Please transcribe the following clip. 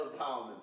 empowerment